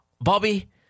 Bobby